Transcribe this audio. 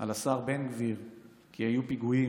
על השר בן גביר כי היו פיגועים